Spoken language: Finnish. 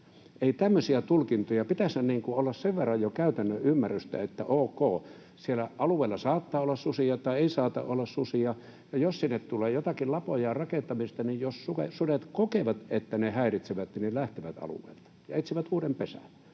eli tämmöisiä tulkintoja. Pitäisihän olla sen verran jo käytännön ymmärrystä, että ok, siellä alueella saattaa olla susia, tai ei saata olla susia. Ja jos sinne tulee jotakin lapojen rakentamista, ja jos sudet kokevat, että ne häiritsevät, niin ne lähtevät alueelta ja etsivät uuden pesän.